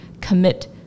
commit